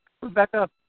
Rebecca